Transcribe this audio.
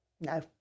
No